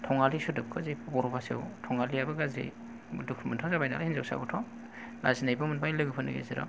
थंआलि सोदोबखौ जे बर'आव थंआलियाबो ग्राज्रि दुखु मोनथाव जाबाय नालाय हिन्जावसायाबोथ लाजिनायबो मोनबाय लोगोफोरनि गेजेराव